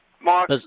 Mark